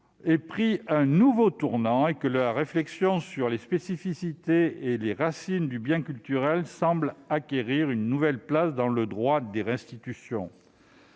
ont pris un nouveau tournant et que la réflexion sur la spécificité et les racines du bien culturel semble acquérir une nouvelle place dans le droit des restitutions.